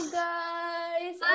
guys